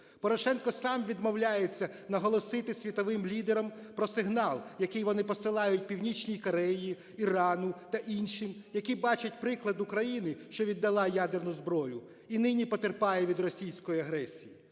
Порошенко сам відмовляється наголосити світовим лідерам про сигнал, який вони посилають Північній Кореї, Ірану та іншим, які бачать приклад України, що віддала ядерну зброю і нині потерпає від російської агресії.